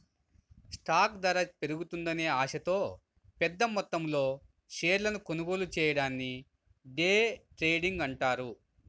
stock ధర పెరుగుతుందనే ఆశతో పెద్దమొత్తంలో షేర్లను కొనుగోలు చెయ్యడాన్ని డే ట్రేడింగ్ అంటారు